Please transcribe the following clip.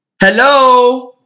Hello